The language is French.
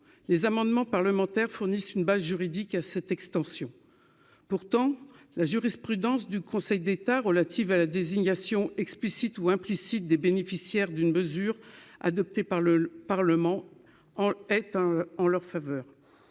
les amendements parlementaires fournissent une base juridique à cette extension, pourtant la jurisprudence du Conseil d'État relative à la désignation explicite ou implicite des bénéficiaires d'une mesure adoptée par le Parlement en est en leur faveur,